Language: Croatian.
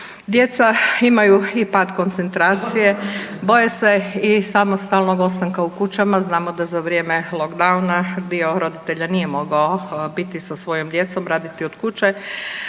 Djeca imaju i pad koncentracije, boje se i samostalnog ostanka u kućama, znamo da za vrijeme lockdowna dio roditelja nije mogao biti sa svojom djecom, raditi od kuće,